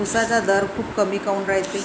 उसाचा दर खूप कमी काऊन रायते?